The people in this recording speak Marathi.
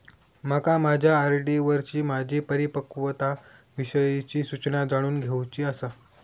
माका माझ्या आर.डी वरची माझी परिपक्वता विषयची सूचना जाणून घेवुची आसा